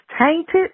tainted